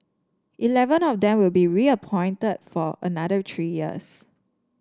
eleven of them will be reappointed for another three years